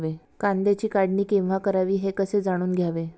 कांद्याची काढणी केव्हा करावी हे कसे जाणून घ्यावे?